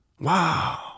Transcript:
Wow